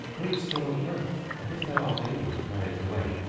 great store of wealth, and if thou art able to carry it away,